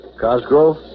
Cosgrove